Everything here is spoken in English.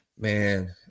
man